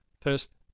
First